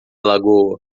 lagoa